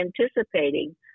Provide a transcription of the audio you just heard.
anticipating